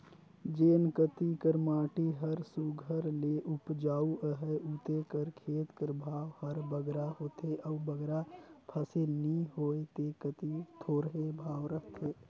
जेन कती कर माटी हर सुग्घर ले उपजउ अहे उते कर खेत कर भाव हर बगरा होथे अउ बगरा फसिल नी होए ते कती थोरहें भाव रहथे